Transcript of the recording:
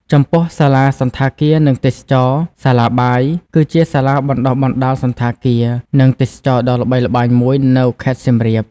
ចំពោះ សាលាសណ្ឋាគារ និងទេសចរណ៍ សាលាបាយ គឺជាសាលាបណ្តុះបណ្តាលសណ្ឋាគារ និងទេសចរណ៍ដ៏ល្បីល្បាញមួយនៅខេត្តសៀមរាប។